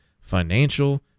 Financial